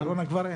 קורונה כבר אין.